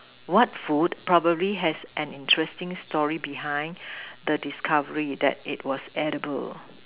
what food probably has an interesting story behind the discovery that it was edible